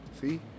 see